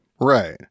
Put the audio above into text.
right